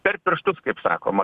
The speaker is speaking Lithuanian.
per pirštus kaip sakoma